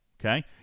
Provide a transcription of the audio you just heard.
Okay